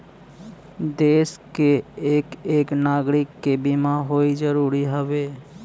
देस के एक एक नागरीक के बीमा होए जरूरी हउवे